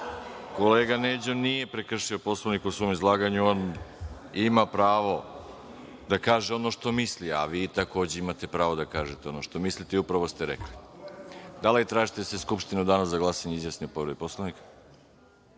Neđo nije prekršio Poslovnik u svom izlaganju. On ima pravo da kaže ono što misli, a vi, takođe, imate pravo da kažete ono što mislite i upravo ste rekli. Da li tražite da se Skupština u Danu za glasanje izjasni o povredi Poslovnika?